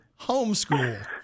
homeschool